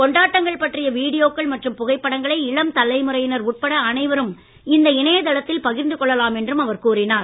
கொண்டாட்டங்கள் பற்றிய வீடியோக்கள் மற்றும் புகைப்படங்களை இளம் தலைமுறையினர் உட்பட அனைவரும் இந்த இணையதளத்தில் பகிர்ந்து கொள்ளலாம் என்றும் அவர் கூறினார்